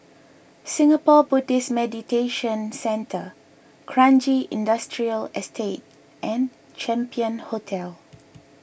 Singapore Buddhist Meditation Centre Kranji Industrial Estate and Champion Hotel